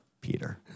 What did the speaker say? Peter